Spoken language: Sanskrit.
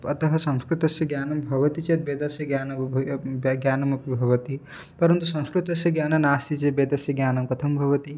अतः संस्कृतस्य ज्ञानं भवति चेत् वेदस्य ज्ञानम् उभयम् अपि ज्ञानमपि भवति परन्तु संस्कृतस्य ज्ञानं नास्ति चेत् वेदस्य ज्ञानं कथं भवति